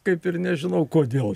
kaip ir nežinau kodėl